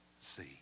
see